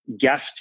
guest